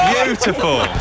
Beautiful